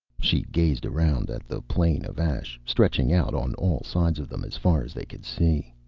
she gazed around at the plain of ash, stretching out on all sides of them, as far as they could see.